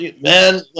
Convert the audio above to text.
Man